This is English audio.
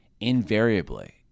invariably